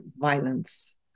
violence